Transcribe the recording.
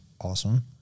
awesome